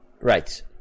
right